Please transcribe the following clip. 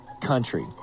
country